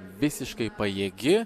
visiškai pajėgi